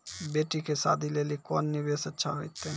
बेटी के शादी लेली कोंन निवेश अच्छा होइतै?